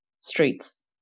streets